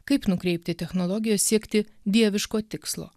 kaip nukreipti technologijas siekti dieviško tikslo